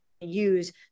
use